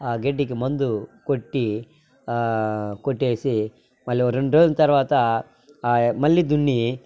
గడ్డికి మందు కొట్టి కొట్టేసి మళ్లీ ఓ రెండు రోజుల తర్వాత మళ్లీ దున్ని